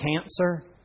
cancer